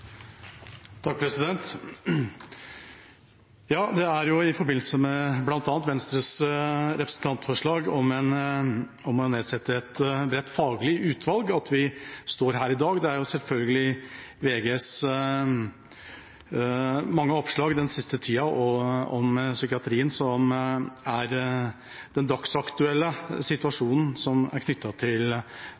i forbindelse med bl.a. Venstres representantforslag om å nedsette et bredt faglig utvalg vi står i her i dag. Det er selvfølgelig VGs mange oppslag den siste tida om psykiatrien som er den dagsaktuelle situasjonen knyttet til at vi står her i dag. Jeg takker statsråden for at han kommer til